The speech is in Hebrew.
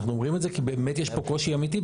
אנחנו אומרים את זה כי באמת יש פה קושי אמיתי,